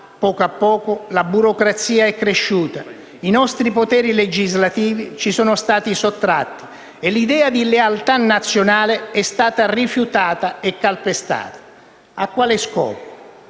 poco a poco, la burocrazia è cresciuta, i nostri poteri legislativi ci sono stati sottratti e l'idea di lealtà nazionale è stata rifiutata e calpestata. Ma a quale scopo?